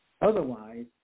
Otherwise